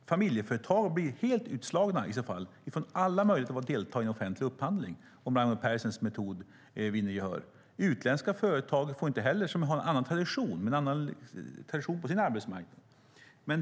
Familjeföretag blir helt utslagna från alla möjligheter till att delta i en offentlig upphandling om Raimo Pärssinens metod vinner gehör. Utländska företag som har en annan tradition på sin arbetsmarknad får inte heller delta.